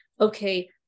okay